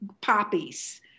poppies